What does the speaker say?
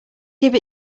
give